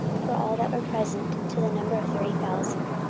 for all that were present, to the number of thirty thousand,